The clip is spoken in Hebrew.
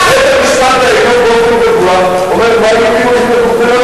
הכנסת, מי שמצביע בעד, אגב, אדוני היושב-ראש,